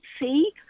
see